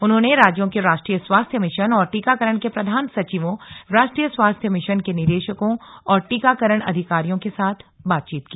उन्होंने राज्यों के राष्ट्रीय स्वास्थ्य मिशन और टीकाकरण के प्रधान सचिवों राष्ट्रीय स्वास्थ्य मिशन के निदेशकों और टीकाकरण अधिकारियों के साथ बातचीत की